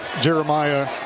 Jeremiah